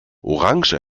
orange